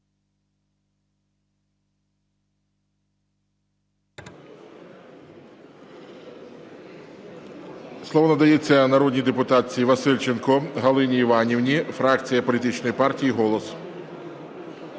Слово надається народній депутатці Васильченко Галині Іванівні, фракція Політичної партії "Голос".